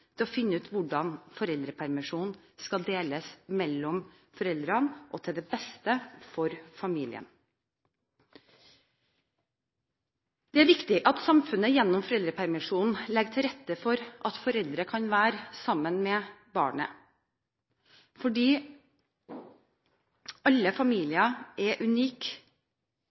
til å finne ut hvordan foreldrepermisjonen skal deles mellom foreldrene og til beste for familien. Det er viktig at samfunnet gjennom foreldrepermisjonen legger til rette for at foreldre kan være sammen med barnet. Fordi alle familier er